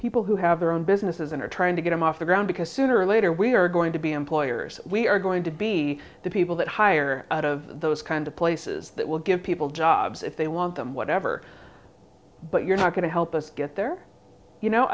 people who have their own businesses and are trying to get him off the ground because sooner or later we are going to be employers we are going to be the people that hire out of those kind of places that will give people jobs if they want them whatever but you're not going to help us get there you know